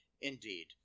Indeed